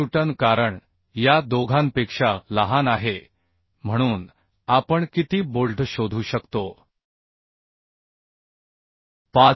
kilonewton कारण या दोघांपेक्षा लहान आहे म्हणून आपण किती बोल्ट शोधू शकतो 5